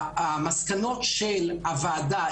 המסקנות של הוועדה